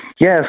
Yes